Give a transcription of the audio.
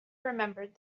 remembered